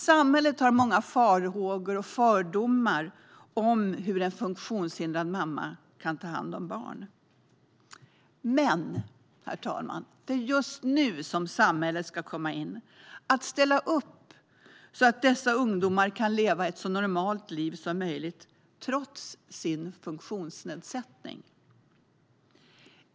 Samhället har många farhågor och fördomar om hur en funktionshindrad mamma kan ta hand om barn. Men, herr talman, det är just då som samhället ska komma in och ställa upp så att dessa ungdomar kan leva ett så normalt liv som möjligt, trots sin funktionsnedsättning.